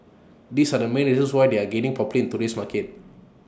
these are the main reasons why they are gaining in today's market